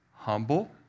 Humble